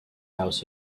house